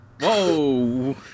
Whoa